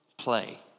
play